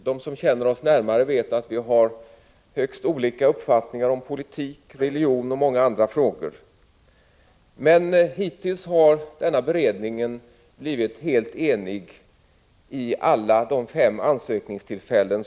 De som känner oss närmare vet att vi har högst olika uppfattningar om politik, religion och många andra frågor. Men hittills har denna beredning blivit helt enig vid alla fem ansökningstillfällena.